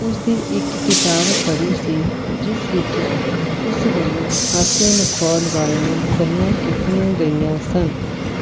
ਉਸ ਦੀ ਇੱਕ ਕਿਤਾਬ ਪੜ੍ਹੀ ਸੀ ਜਿਸ ਵਿੱਚ ਉਸ ਵੱਲੋਂ ਹਾਸੇ ਮਖੌਲ ਵਾਲੀਆਂ ਗੱਲਾਂ ਕੀਤੀਆਂ ਗਈਆਂ ਸਨ